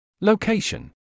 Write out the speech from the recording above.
Location